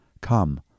Come